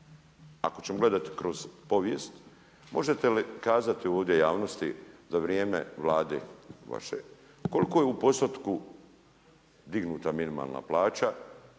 ako ćemo gledati kroz povijest, možete li kazati ovdje javnosti za vrijeme Vlade vaše koliko je u postotku dignuta minimalna plaća.